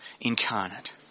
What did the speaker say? incarnate